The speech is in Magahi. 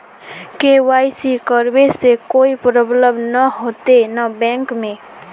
के.वाई.सी करबे से कोई प्रॉब्लम नय होते न बैंक में?